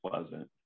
Pleasant